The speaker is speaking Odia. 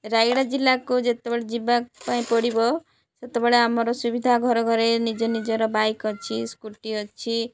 ରାୟଗଡ଼ା ଜିଲ୍ଲାକୁ ଯେତେବେଳେ ଯିବା ପାଇଁ ପଡ଼ିବ ସେତେବେଳେ ଆମର ସୁବିଧା ଘର ଘରେ ନିଜ ନିଜର ବାଇକ୍ ଅଛି ସ୍କୁଟି ଅଛି